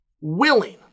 Willing